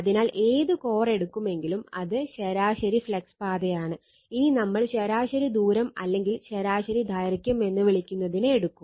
അതിനാൽ ഏത് കോർ എടുക്കുമെങ്കിലും ഇത് ശരാശരി ഫ്ലക്സ് പാതയാണ് ഇനി നമ്മൾ ശരാശരി ദൂരം അല്ലെങ്കിൽ ശരാശരി ദൈർഘ്യം എന്ന് വിളിക്കുന്നതിനെ എടുക്കും